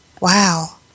wow